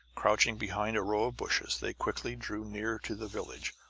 crouching behind a row of bushes, they quickly drew near to the village,